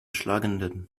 schlagenden